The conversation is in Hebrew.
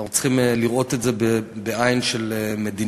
אנחנו צריכים לראות את זה בעין של מדיניות.